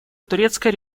турецкой